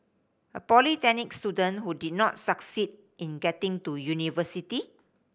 a polytechnic student who did not succeed in getting to university